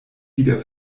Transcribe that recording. wieder